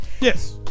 Yes